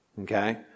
Okay